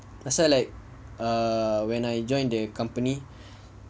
pasal like err when I join the company